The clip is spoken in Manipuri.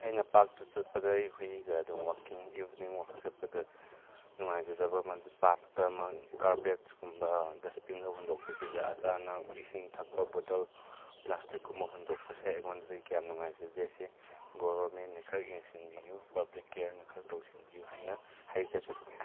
ꯑꯩꯅ ꯄꯥꯔꯛꯇ ꯆꯠꯄꯗ ꯑꯩ ꯍꯨꯏꯒ ꯑꯗꯨꯝ ꯋꯥꯛꯀꯤꯡ ꯏꯕꯤꯅꯤꯡ ꯋꯥꯛ ꯆꯠꯄꯗ ꯅꯨꯡꯉꯥꯏꯖꯗꯕ ꯑꯃꯗꯤ ꯄꯥꯔꯛꯇ ꯑꯃ ꯒꯥꯔꯕꯦꯁꯀꯨꯝꯕ ꯗꯁꯕꯤꯟꯗ ꯍꯨꯟꯗꯣꯛꯇꯕꯤꯗ ꯑꯆꯥ ꯑꯅꯥ ꯏꯁꯤꯡꯊꯛꯄ ꯕꯣꯇꯜ ꯄ꯭ꯂꯥꯁꯇꯤꯛꯀꯨꯝꯕ ꯍꯨꯟꯗꯣꯛꯄꯁꯦ ꯑꯩꯉꯣꯟꯗꯗꯤ ꯀꯌꯥ ꯅꯨꯡꯉꯥꯏꯖꯗꯦ ꯁꯤ ꯒꯣꯕꯔꯟꯃꯦꯟꯅ ꯈꯔ ꯌꯦꯡꯁꯤꯟꯕꯤꯌꯨ ꯄꯥꯕ꯭ꯂꯤꯛ ꯀꯤꯌꯔꯅ ꯈꯔ ꯇꯧꯁꯤꯟꯕꯤꯌꯨ ꯍꯥꯏꯅ ꯍꯥꯏꯖꯔꯤ